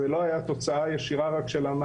זה לא היה תוצאה ישירה של המהלך,